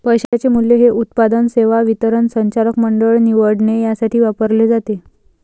पैशाचे मूल्य हे उत्पादन, सेवा वितरण, संचालक मंडळ निवडणे यासाठी वापरले जाते